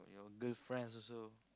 your girlfriends also